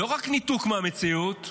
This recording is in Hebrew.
לא רק ניתוק מהמציאות,